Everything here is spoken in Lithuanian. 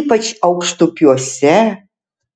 ypač aukštupiuose